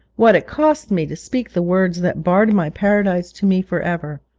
what it cost me to speak the words that barred my paradise to me for ever!